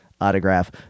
autograph